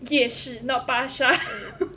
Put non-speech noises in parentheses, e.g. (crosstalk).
夜市 not 巴刹 (laughs)